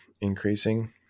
increasing